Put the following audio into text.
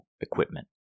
equipment